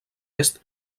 est